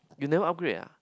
you never upgrade ah